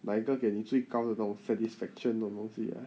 哪一个给你最高的那种 satisfaction 那种东西 ah